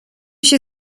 się